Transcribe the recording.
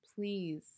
Please